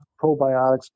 probiotics